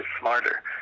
smarter